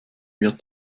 wird